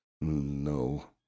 No